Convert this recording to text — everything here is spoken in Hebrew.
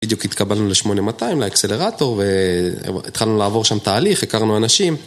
בדיוק התקבלנו ל-8200, לאקסלרטור, והתחלנו לעבור שם תהליך, הכרנו אנשים.